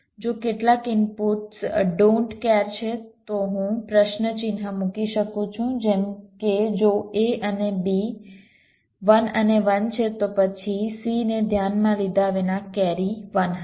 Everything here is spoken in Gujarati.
જો કેટલાક inputs don't care don't care છે તો હું પ્રશ્ન ચિહ્ન મૂકી શકું છું જેમ કે જો a અને b 1 અને 1 છે તો પછી c ને ધ્યાનમાં લીધા વિના કેરી 1 હશે